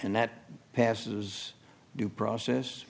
and that passes due process